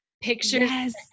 pictures